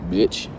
Bitch